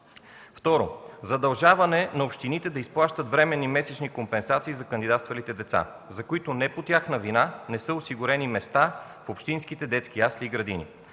Второ, задължаване на общините да изплащат временни месечни компенсации за кандидатствалите деца, за които не по тяхна вина не са осигурени места в общинските детски ясли и градини.